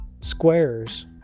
squares